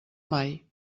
mai